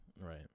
right